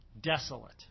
desolate